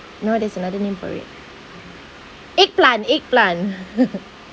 no there's another name for it eggplant eggplant